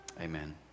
amen